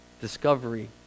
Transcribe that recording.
Discovery